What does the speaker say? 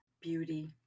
beauty